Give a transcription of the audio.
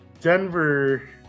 denver